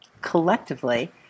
Collectively